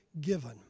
given